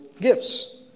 gifts